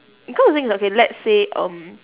because the thing is that okay let's say um